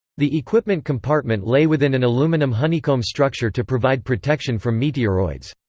the equipment compartment lay within an aluminum honeycomb structure to provide protection from meteoroids.